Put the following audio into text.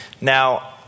Now